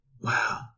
Wow